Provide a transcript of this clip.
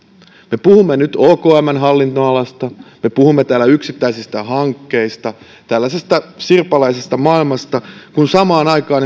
me puhumme nyt okmn hallinnonalasta me puhumme täällä yksittäisistä hankkeista tällaisesta sirpaleisesta maailmasta kun samaan aikaan